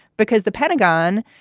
because the pentagon,